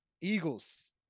eagles